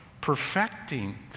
perfecting